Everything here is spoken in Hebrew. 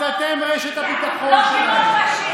אז אתם רשת הביטחון שלהם.